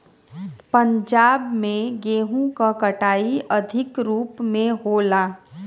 पंजाब में गेंहू क कटाई अधिक रूप में होला